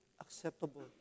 acceptable